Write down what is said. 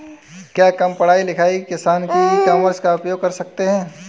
क्या कम पढ़ा लिखा किसान भी ई कॉमर्स का उपयोग कर सकता है?